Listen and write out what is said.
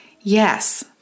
Yes